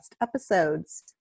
episodes